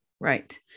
right